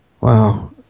Wow